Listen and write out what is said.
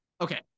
okay